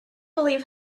believe